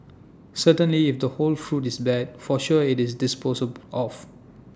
certainly if the whole fruit is bad for sure IT is disposed of